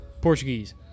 Portuguese